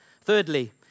Thirdly